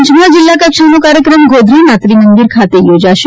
પંચમહાલ જિલ્લાકક્ષાનો કાર્યક્રમ ગોધરાના ત્રિમંદિર ખાતે યોજાશે